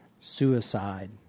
suicide